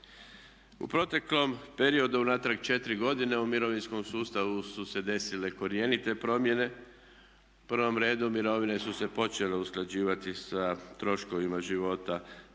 U proteklom periodu u natrag 4 godine u mirovinskom sustavu su se desile korjenite promjene, u prvom redu mirovine su se počele usklađivati sa troškovima života